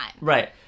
Right